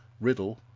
riddle